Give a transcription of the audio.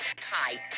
tight